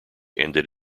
ended